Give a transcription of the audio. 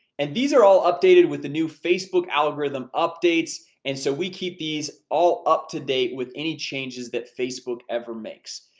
and these are all updated with the new facebook algorithm updates. and so we keep these all up-to-date with any changes that facebook ever makes.